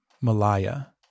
Malaya